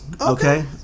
okay